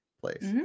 place